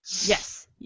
Yes